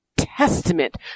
testament